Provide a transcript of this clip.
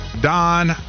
Don